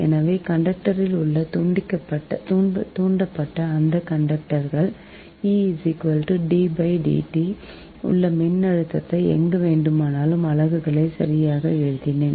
எனவே கண்டக்டரில் உள்ள தூண்டப்பட்ட அந்த கண்டக்டரில் உள்ள மின்னழுத்தத்தை எங்கு வேண்டுமானாலும் அலகுகளை சரியாக எழுதினேன்